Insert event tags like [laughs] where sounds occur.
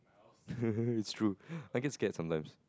[laughs] it's true I get scared sometimes